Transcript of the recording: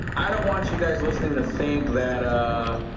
i don't want you guys listening to think that ah, ah,